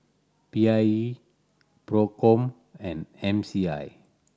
P I E Procom and M C I